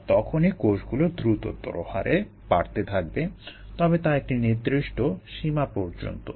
আর তখনই কোষগুলো দ্রুততর হারে বাড়তে থাকবে তবে তা একটি নির্দিষ্ট সীমা পর্যন্ত